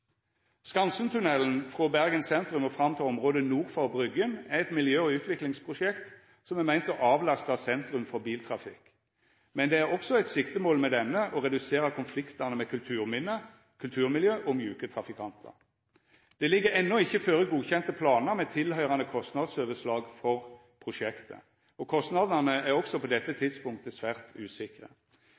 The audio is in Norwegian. frå Bergen sentrum og fram til området nord for Bryggen er eit miljø- og utviklingsprosjekt som er meint å avlasta sentrum for biltrafikk, men det er også eit siktemål med denne å redusera konfliktane med kulturminne, kulturmiljø og mjuke trafikantar. Det ligg enno ikkje føre godkjende planar med tilhøyrande kostnadsoverslag for prosjektet, og kostnadane er også på dette tidspunktet svært usikre.